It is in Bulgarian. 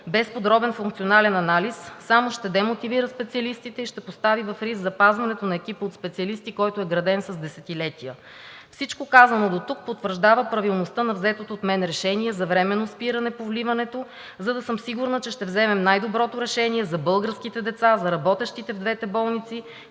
без подробен функционален анализ, само ще демотивира специалистите и ще постави в риск запазването на екип от специалисти, който е граден с десетилетия. Всичко казано дотук потвърждава правилността на взетото от мен решение за временно спиране по вливането, за да съм сигурна, че ще вземем най-доброто решение за българските деца, за работещите в двете болници